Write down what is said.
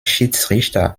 schiedsrichter